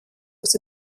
was